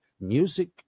music